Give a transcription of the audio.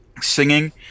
singing